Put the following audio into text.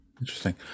Interesting